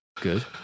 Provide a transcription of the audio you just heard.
Good